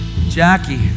Jackie